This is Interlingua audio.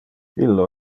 illo